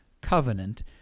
covenant